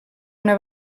una